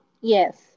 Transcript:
Yes